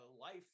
life